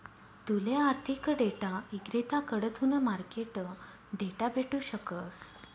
तूले आर्थिक डेटा इक्रेताकडथून मार्केट डेटा भेटू शकस